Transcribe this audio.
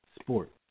sports